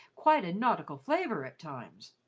quite a nautical flavour at times,